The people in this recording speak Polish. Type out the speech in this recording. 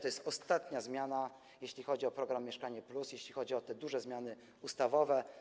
To jest ostatnia zmiana, jeśli chodzi o program „Mieszkanie+”, jeśli chodzi o te duże zmiany ustawowe.